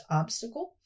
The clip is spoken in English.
obstacle